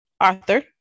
Arthur